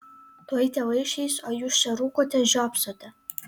tuoj tėvai išeis o jūs čia rūkote žiopsote